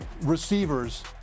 receivers